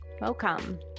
Welcome